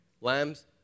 lambs